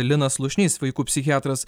linas slušnys vaikų psichiatras